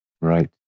Right